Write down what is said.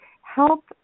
help